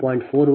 004 0